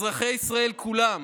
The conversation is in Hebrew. אזרחי ישראל כולם